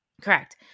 Correct